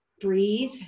breathe